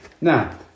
Now